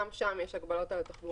גם שם יש הגבלות על התחבורה הציבורית.